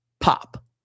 pop